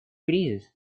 кризис